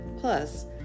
Plus